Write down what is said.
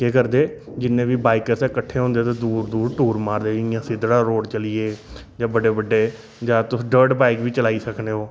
केह् करदे जिन्ने बी बाइकर्स हैन कट्ठे होंदे ते दूर दूर टूर मारदे जियां सिद्ड़ा रोड चली गे जां बड्डे बड्डे जां तुस डर्ट बाइक बी चलाई सकने ओ